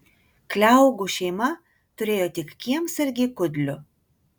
kliaugų šeima turėjo tik kiemsargį kudlių